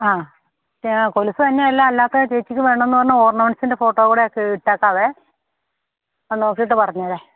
ആ കൊലുസ്സ് തന്നെയല്ല അല്ലാത്തത് ചേച്ചിക്കു വേണമെന്നു പറഞ്ഞ ഓർണമെൻസിൻ്റെ ഫോട്ടോ കൂടിയൊക്കെ ഇട്ടേക്കാമേ ആ നോക്കിയിട്ടു പറഞ്ഞേര്